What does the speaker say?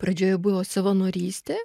pradžioje buvo savanorystė